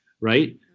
right